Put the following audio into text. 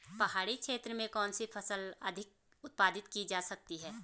पहाड़ी क्षेत्र में कौन सी फसल अधिक उत्पादित की जा सकती है?